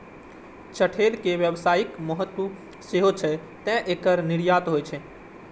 चठैल के व्यावसायिक महत्व सेहो छै, तें एकर निर्यात होइ छै